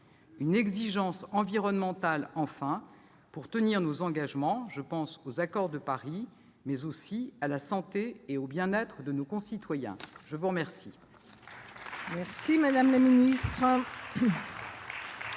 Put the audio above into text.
une exigence environnementale, enfin, pour tenir nos engagements- je pense aux accords de Paris mais aussi à la santé et au bien-être de nos concitoyens. La parole